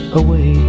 away